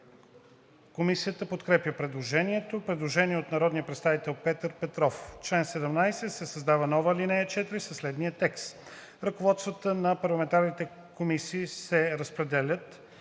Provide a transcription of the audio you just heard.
Комисията подкрепя предложението. Предложение на народния представител Петър Петров. В чл. 17 се създава нова ал. 4 със следния текст: „Ръководствата на парламентарните комисии се разпределят